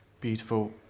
Beautiful